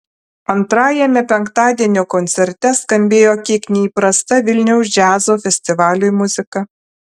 antrajame penktadienio koncerte skambėjo kiek neįprasta vilniaus džiazo festivaliui muzika